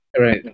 Right